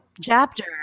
chapter